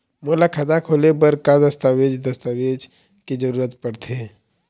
मोला खाता खोले बर का का दस्तावेज दस्तावेज के जरूरत पढ़ते?